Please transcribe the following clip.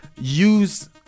use